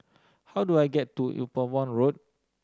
how do I get to Upavon Road